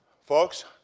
Folks